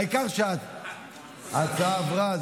העיקר שההצעה עברה.